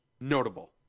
notable